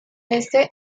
este